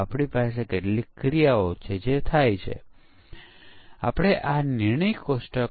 આ પ્રશ્નનો જવાબ એ છે કે આવશ્યકતા વિશ્લેષણ ડિઝાઇન અને કોડિંગ દરમિયાન ચકાસણી હાથ ધરવામાં આવે છે